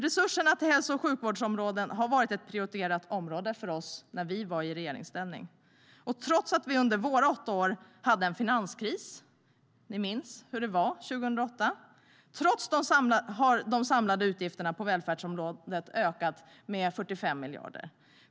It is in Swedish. Resurserna till hälso och sjukvårdsområdet var ett prioriterat område för oss när vi var i regeringsställning, trots att vi under våra åtta år hade en finanskris. Ni minns hur det var 2008. Trots det har de samlade utgifterna på välfärdsområdet ökat med 45 miljarder.